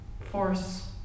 force